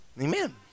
Amen